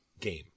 Game